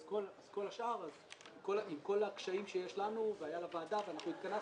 עם כל הקשיים שיש לנו והיו לוועדה והתכנסנו,